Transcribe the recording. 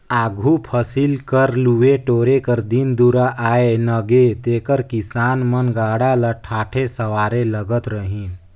आघु फसिल कर लुए टोरे कर दिन दुरा आए नगे तेकर किसान मन गाड़ा ल ठाठे सवारे लगत रहिन